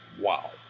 Wow